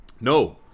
No